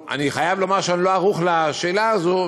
אני חייב לומר שאני לא ערוך לשאלה הזו,